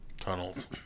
Tunnels